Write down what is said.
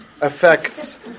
affects